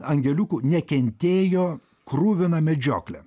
angeliukų nekentėjo kruviną medžioklę